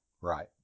Right